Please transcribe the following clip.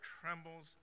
trembles